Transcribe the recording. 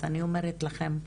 אז אני אומרת לכם,